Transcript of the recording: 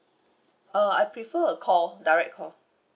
uh I prefer a call direct call